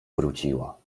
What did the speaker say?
wróciła